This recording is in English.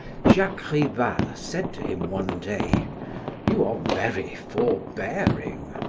jacques rival said to him one day you are very forbearing.